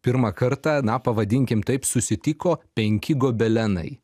pirmą kartą na pavadinkim taip susitiko penki gobelenai